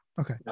Okay